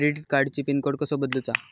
Credit कार्डची pin code कसो बदलुचा?